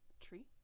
Tree